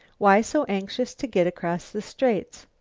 why so anxious to get across the straits?